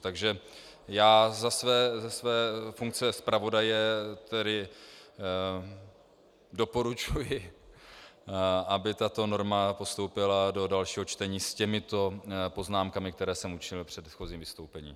Takže já ze své funkce zpravodaje tedy doporučuji, aby tato norma postoupila do dalšího čtení, s těmito poznámkami, které jsem učinil v předchozím vystoupení.